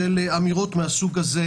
של אמירות מהסוג הזה.